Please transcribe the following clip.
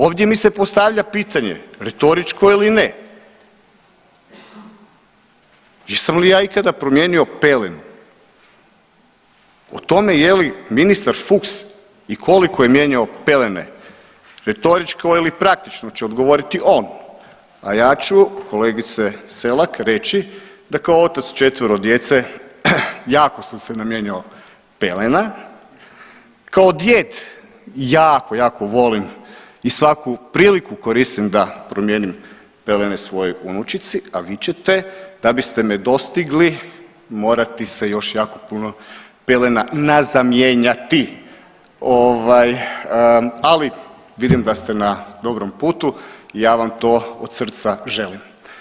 Ovdje mi se postavlja pitanje retoričko ili ne, jesam li ja ikada promijenio pelenu, o tome je li ministar Fuchs i koliko je mijenjao pelene, retoričko ili praktično će odgovoriti on, a ja ću kolegice Selak reći da kao otac četvero djece jako sam se namijenjao pelena, kao djed jako, jako volim i svaku priliku koristim da promijenim pelene svojoj unučici, a vi ćete da biste me dostigli morati se još jako puno pelena nazamijenjati ovaj ali vidim da ste na dobrom putu i ja vam to od srca želim.